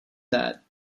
that